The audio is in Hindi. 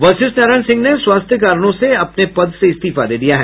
वशिष्ठ नारायण सिंह ने स्वास्थ्य कारणों से अपने पद से इस्तीफा दे दिया है